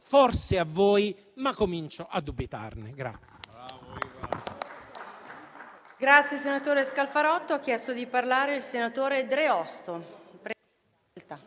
forse a voi, ma comincio a dubitarne.